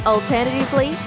Alternatively